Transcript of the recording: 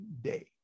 day